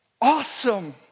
awesome